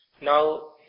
now